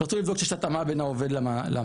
רצו לבדוק שיש התאמה בין העובד למעסיק,